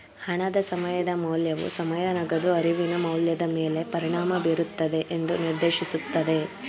ಹಣದ ಸಮಯದ ಮೌಲ್ಯವು ಸಮಯ ನಗದು ಅರಿವಿನ ಮೌಲ್ಯದ ಮೇಲೆ ಪರಿಣಾಮ ಬೀರುತ್ತದೆ ಎಂದು ನಿರ್ದೇಶಿಸುತ್ತದೆ